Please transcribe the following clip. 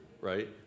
right